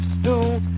stew